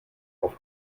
auf